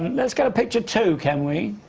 let's go to picture two, can we?